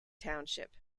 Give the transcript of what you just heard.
township